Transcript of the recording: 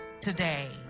today